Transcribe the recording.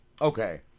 Okay